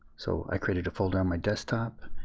so i created a folder on my desktop,